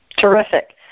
Terrific